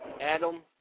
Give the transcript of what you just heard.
Adam